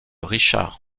richard